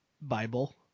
Bible